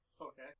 Okay